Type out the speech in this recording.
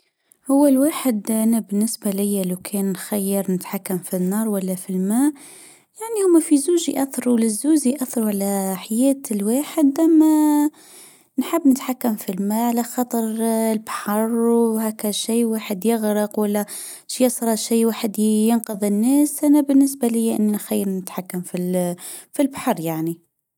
هو اللي حبانا بالنسبة ليا اللي كان مخير نتحكم في النار ولا في الماء يعني ما تنسوش نحب نتحكم في الما على خاطر البحر وهاكا شي واحد يغرق ولا يخرا شي واحد ينقذ الناس انا بالنسبة لي المخيم المتحكم في في البحر يعني